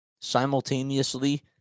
simultaneously